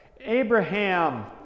Abraham